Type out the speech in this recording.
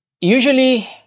Usually